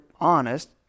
honest